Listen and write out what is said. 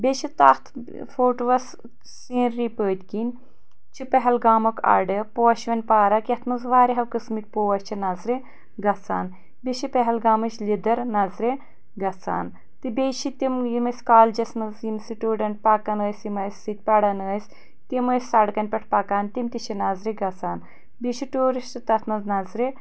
بیٚیہِ چھِ تَتھ فوٹوٗوَس سیٖنری پٕتۍکِنۍ چھِ پہلگامُک اَڈٕ پوشوٕنۍ پارَک یَتھ منٛز واریاہَو قٕسمٕکۍ پوش چھِ نظرِ گَژھان بیٚیہِ چھِ پہلگامٕچ لِدٕر نظرِ گَژھان تہٕ بٖیٚیہِ چھِ تِم یِم اسۍ کالجس منٛز یِم سٹوڈَنٛٹ پَکان ٲسۍ یِم اسہِ سۭتۍ پَران ٲسۍ تِم ٲسۍ سَڑکَن پٮ۪ٹھ پَکان تِم تہِ چھِ نظرِ گژھان بیٖٚیہِ چھِ ٹوٗرِسٹ تَتھ منٛز نظرِ